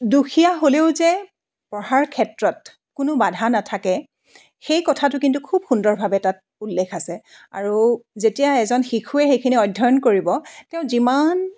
দুখীয়া হ'লেও যে পঢ়াৰ ক্ষেত্ৰত কোনো বাধা নাথাকে সেই কথাটো কিন্তু খুব সুন্দৰভাৱে তাত উল্লেখ আছে আৰু যেতিয়া এজন শিশুৱে সেইখিনি অধ্যয়ন কৰিব তেওঁ যিমান